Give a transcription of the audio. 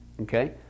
Okay